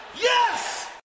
Yes